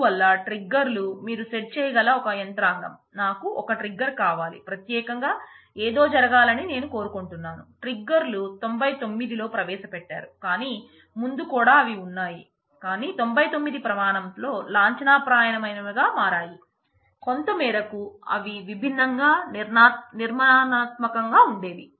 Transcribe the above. అందువల్ల ట్రిగ్గర్లు 99 లో ప్రవేశపెట్టారు కానీ ముందు కూడా అవి ఉన్నాయి కానీ 99 ప్రమాణంలో లాంఛనప్రాయమైనవిగా మారాయి కొంత మేరకు అవి విభిన్నంగా నిర్మాణాత్మకంగా ఉండేవి